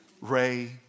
Ray